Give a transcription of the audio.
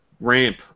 ramp